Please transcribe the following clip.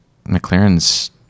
McLaren's